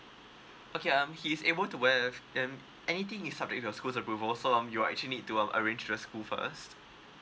okay um he's able to wear and anything is subject to your schools approval so um you're actually need to arrange to the school first